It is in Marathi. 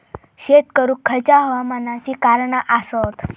शेत करुक खयच्या हवामानाची कारणा आसत?